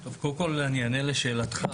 קודם כל אני אענה לשאלתך,